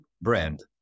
brand